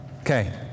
Okay